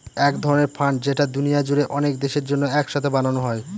এক ধরনের ফান্ড যেটা দুনিয়া জুড়ে অনেক দেশের জন্য এক সাথে বানানো হয়